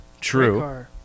True